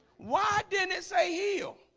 why didn't it say he'll